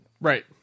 Right